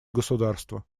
государство